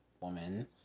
woman